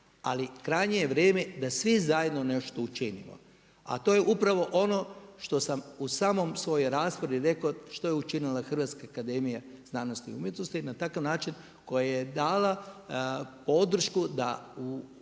ali krajnje je vrijeme da svi zajedno nešto učinimo, a to je upravo ono što sam u samoj svojoj raspravi rekao što je učinila HAZU na takav način koja je dala podršku da u